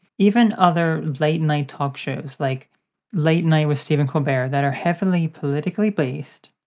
even other late night talk shows, like late night with stephen colbert, that are heavily politically based,